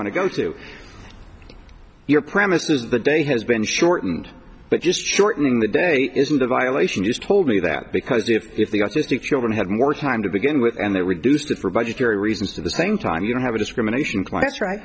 want to to go your premises the day has been shortened but just shortening the day isn't a violation just told me that because if the autistic children had more time to begin with and they reduced it for budgetary reasons for the same time you don't have a discrimination class right